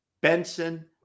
Benson